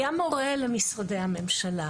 היה מורה למשרדי הממשלה